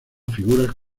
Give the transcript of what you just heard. figuras